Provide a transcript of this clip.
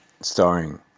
starring